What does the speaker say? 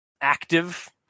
active